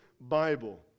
Bible